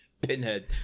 pinhead